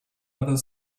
other